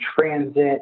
transit